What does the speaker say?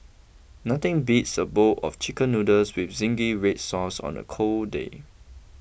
nothing beats a bowl of Chicken Noodles with Zingy Red Sauce on a cold day